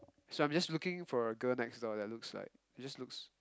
so I'm just looking for a girl next door that looks like that just looks